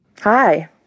Hi